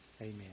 Amen